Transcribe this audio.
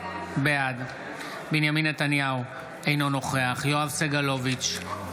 בעד בנימין נתניהו, אינו נוכח יואב סגלוביץ'